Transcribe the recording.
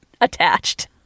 attached